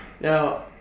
Now